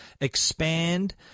expand